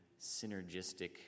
synergistic